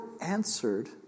answered